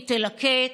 היא תלקט,